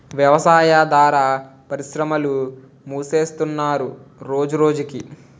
వ్యవసాయాదార పరిశ్రమలు మూసేస్తున్నరు రోజురోజకి